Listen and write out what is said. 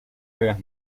algas